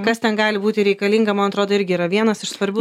kas ten gali būti reikalinga man atrodo irgi yra vienas iš svarbių